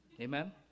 Amen